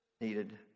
needed